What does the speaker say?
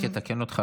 אני רק אתקן אותך,